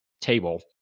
table